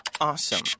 awesome